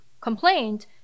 complained